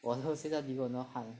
我很热现在流很多汗